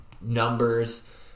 Numbers